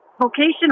vocation